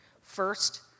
First